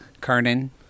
Kernan